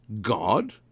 God